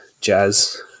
jazz